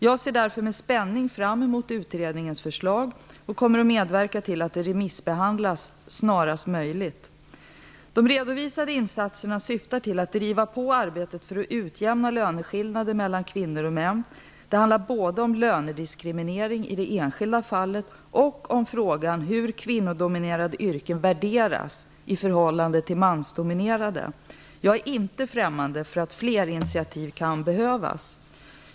Jag ser därför med spänning fram emot utredningens förslag och kommer att medverka till att det remissbehandlas snarast möjligt. De redovisade insatserna syftar till att driva på arbetet för att utjämna löneskillnader mellan kvinnor och män. Det handlar både om lönediskriminering i det enskilda fallet och om frågan hur kvinnodominerade yrken värderas i förhållande till mansdominerade. Jag är inte främmande för att fler initiativ kan behövas.